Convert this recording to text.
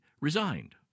resigned